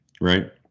right